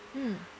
mm